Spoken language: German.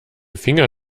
finger